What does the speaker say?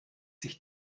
sich